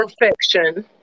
Perfection